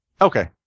Okay